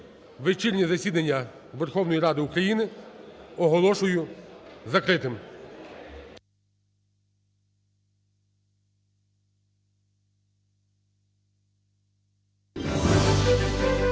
Вечірнє засідання Верховної Ради України оголошую закритим.